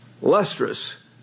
Lustrous